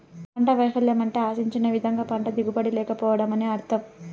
పంట వైపల్యం అంటే ఆశించిన విధంగా పంట దిగుబడి లేకపోవడం అని అర్థం